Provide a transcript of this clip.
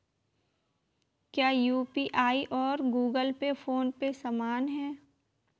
क्या यू.पी.आई और Google Pay PhonePe समान हैं?